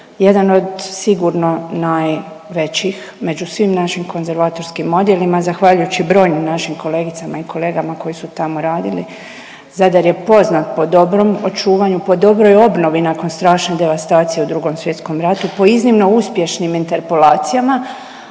jedan od sigurno najvećih među svim našim konzervatorskim odjelima zahvaljujući brojnim našim kolegicama i kolegama koji su tamo radili. Zadar je poznat po dobrom očuvanju, po dobroj obnovi nakon strašne devastacije u Drugom svjetskom ratu, po iznimno uspješnim interpelacijama,